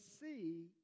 see